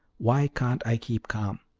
why can't i keep calm!